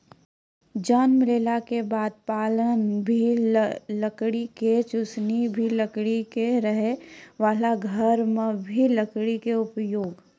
जन्म लेला के बाद पालना भी लकड़ी के, चुसनी भी लकड़ी के, रहै वाला घर मॅ भी लकड़ी के उपयोग